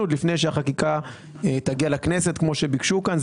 לפני שהחקיקה תגיע לכנסת כמו שביקשו כאן.